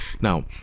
Now